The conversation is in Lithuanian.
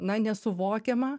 na nesuvokiama